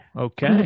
okay